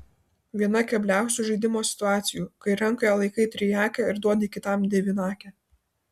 viena kebliausių žaidimo situacijų kai rankoje laikai triakę ir duoti kitam devynakę